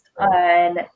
on